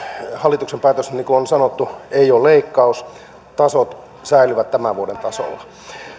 hallituksen päätös niin kuin on sanottu ei ole leikkaus tasot säilyvät tämän vuoden tasolla